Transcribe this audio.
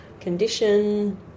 condition